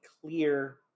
clear